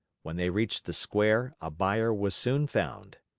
when they reached the square, a buyer was soon found.